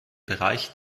bereich